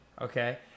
Okay